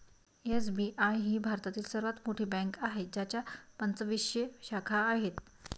SBI ही भारतातील सर्वात मोठी बँक आहे ज्याच्या पंचवीसशे शाखा आहेत